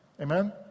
Amen